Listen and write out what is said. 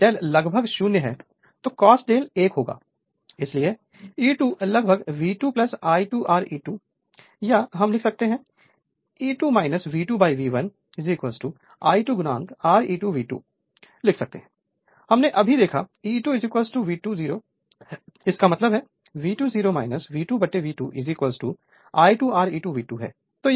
अब यदि ∂ लगभग 0 हैं तो cos ∂ 1 होगा इसलिए E2 लगभग V2 I2 Re2 या हम लिख सकते हैं E2 V2V2 I2 Re2V2 लिख सकते हैं हमने अभी देखा E2 V2 0 इसका मतलब हैV2 0 V2V2 I2 Re2 V2 है